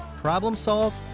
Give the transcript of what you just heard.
problem solve,